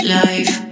life